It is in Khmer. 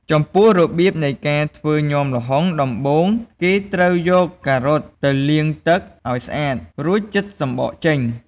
ចំំពោះរបៀបនៃការធ្វើញាំល្ហុង ដំបូងគេត្រូវយកការ៉ុតទៅលាងទឹកឱ្យស្អាត រួចចិតសំបកចេញ។